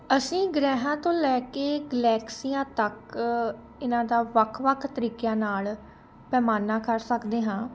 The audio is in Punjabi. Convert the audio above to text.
ਅਸੀਂ ਗ੍ਰਹਿਆਂ ਤੋਂ ਲੈ ਕੇ ਗਲੈਕਸੀਆਂ ਤੱਕ ਇਹਨਾਂ ਦਾ ਵੱਖ ਵੱਖ ਤਰੀਕਿਆਂ ਨਾਲ ਪੈਮਾਨਾ ਕਰ ਸਕਦੇ ਹਾਂ